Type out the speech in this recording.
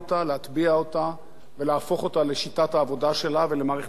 ולהפוך אותה לשיטת העבודה שלה ולמערכת היחסים בינה לבין התקשורת.